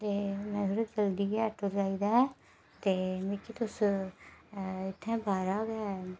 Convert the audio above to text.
ते में बी जल्दी गै आटो चाहिदा ते मिकी तुस इत्थै बाह्रा गै